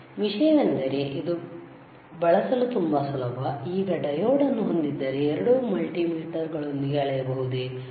ವಿಷಯವೆಂದರೆ ಇದು ಬಳಸಲು ತುಂಬಾ ಸುಲಭ ಈಗ ಡಯೋಡ್ ಅನ್ನು ಹೊಂದಿದ್ದರೆ ಎರಡೂ ಮಲ್ಟಿಮೀಟರ್ ಗಳೊಂದಿಗೆ ಅಳೆಯಬಹುದೇ